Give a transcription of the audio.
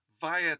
via